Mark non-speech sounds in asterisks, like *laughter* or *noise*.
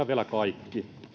*unintelligible* vielä kaikki